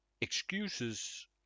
excuses